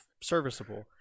serviceable